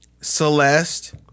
Celeste